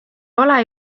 ole